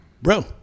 Bro